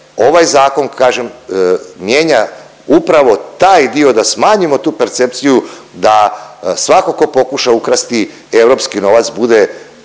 ovaj zakon kažem mijenja upravo taj dio da smanjimo tu percepciju da svako tko pokuša ukrasti europski novac bude